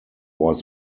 was